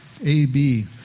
A-B